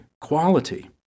quality